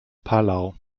palau